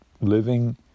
living